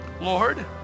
Lord